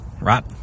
Right